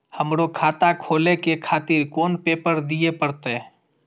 हमरो खाता खोले के खातिर कोन पेपर दीये परतें?